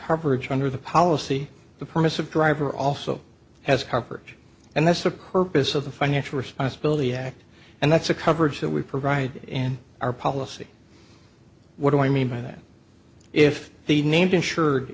harbored under the policy the purpose of driver also has coverage and that's the corpus of the financial responsibility act and that's the coverage that we provide in our policy what do i mean by that if the named insured